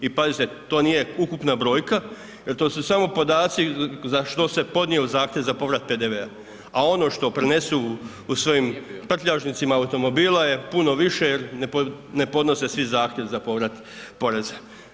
I pazite, to nije ukupna brojka jer to su samo podaci za što se podnio zahtjev za povrat PDV-a a ono što prenesu u svojim prtljažnicima automobila je puno više je ne podnose svi zahtjev za povrat poreza.